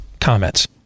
comments